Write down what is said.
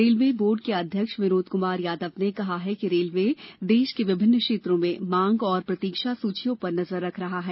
railway board को अध्यक्ष विनोद कुमार यादव ने कहा कि रेलवे देश के विभिन्न क्षेत्रों में मांग और प्रतीक्षा सूचियों पर नजर रख रहा है